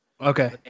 Okay